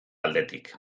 aldetik